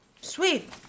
Sweet